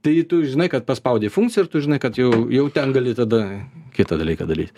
tai tu žinai kad paspaudei funkciją ir tu žinai kad jau jau ten gali tada kitą dalyką dalyt